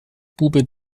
bube